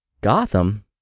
Gotham